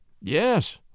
Yes